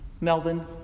Melvin